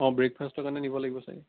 অ' ব্ৰেকফাষ্টৰ কাৰণে নিব লাগিব চাগে